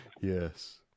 Yes